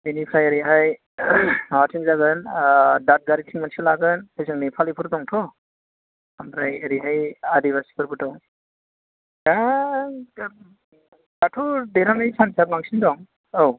बेनिफ्राय ओरैहाय माबाथिं जागोन दातगारिथिं मोनसे लागोन हजों नेपालि फोर दंथ' ओमफ्राय ओरैहाय आदिबासि फोरबो दं फ्राय दाथ' देरहानायनि सान्स आं बांसिन दं औ